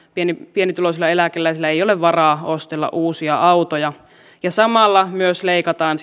pienituloisilla eläkeläisillä ei ole varaa ostella uusia autoja ja kun samalla myös leikataan